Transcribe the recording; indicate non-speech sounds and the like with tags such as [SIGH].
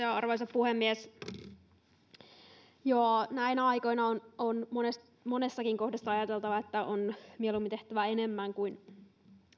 [UNINTELLIGIBLE] arvoisa puhemies joo näinä aikoina on monessakin kohdassa ajateltava että on mieluummin tehtävä enemmän kuin